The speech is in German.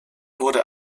wurde